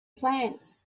plants